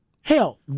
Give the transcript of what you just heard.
hell